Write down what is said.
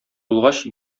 булгач